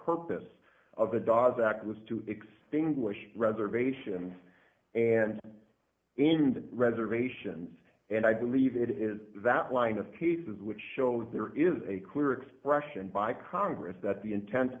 purpose of the dawes act was to extinguish reservations and indeed reservations and i believe it is that line of cases which shows there is a clear expression by congress that the inten